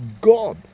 God